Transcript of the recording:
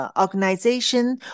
organization